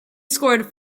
scored